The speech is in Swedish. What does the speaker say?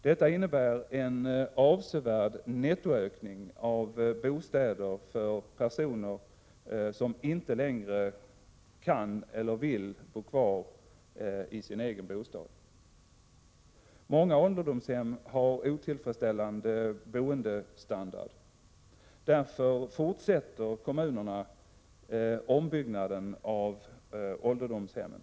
Detta innebär en avsevärd nettoökning av bostäder för personer som inte längre kan eller vill bo kvar i sin egen bostad. Många ålderdomshem har otillfredsställande boendestandard. Därför fortsätter kommunerna ombyggnaden av ålderdomshemmen.